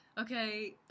okay